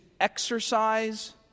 exercise